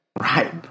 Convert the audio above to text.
Right